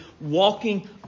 walking